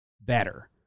better